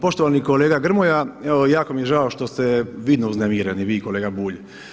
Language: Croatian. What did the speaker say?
Poštovani kolega Grmoja, evo jako mi je žao što ste vidno uznemireni vi i kolega Bulj.